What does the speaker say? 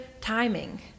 timing